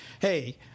hey